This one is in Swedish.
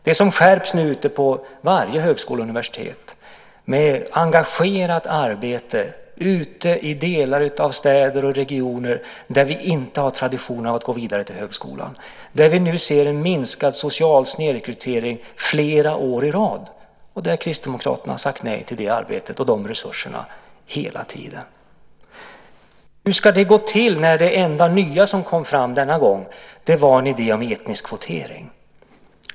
Det skärps nu ute på varje högskola och universitet med engagerat arbete ute i delar av städer och regioner där vi inte har traditionen att gå vidare till högskolan. Där ser vi nu en minskad social snedrekrytering flera år i rad. Till det arbetet och de resurserna har Kristdemokraterna hela tiden sagt nej. Hur ska det gå till när det enda nya som kom fram denna gång var en idé om etnisk kvotering?